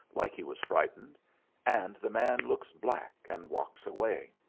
like he was frightened and the man looks black and walks away.